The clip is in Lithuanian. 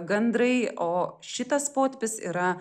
gandrai o šitas potipis yra